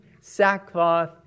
sackcloth